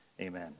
Amen